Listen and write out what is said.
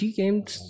games